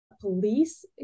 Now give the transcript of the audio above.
police